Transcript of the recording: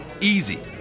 Easy